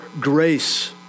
grace